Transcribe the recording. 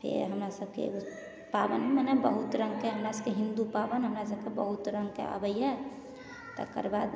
फेर हमरासभकेँ एगो पाबनि मने बहुत रङ्गके हमरासभकेँ हिन्दू पाबनि हमरासभकेँ बहुत रङ्गके आबैए तकर बाद